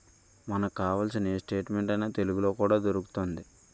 మనకు కావాల్సిన ఏ స్టేట్మెంట్ అయినా తెలుగులో కూడా దొరుకుతోంది